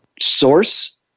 source